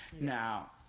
Now